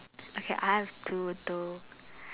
okay I have total